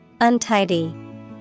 Untidy